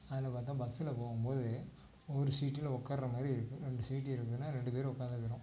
அதில் பாத்தா பஸ்ஸில் போகும் போது ஒவ்வொரு சீட்டில் உட்கார்ற மாதிரி இருக்கும் ரெண்டு சீட் இருந்ததுன்னா ரெண்டு பேர் உட்காந்துக்குறோம்